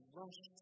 rush